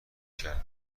کرده